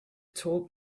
told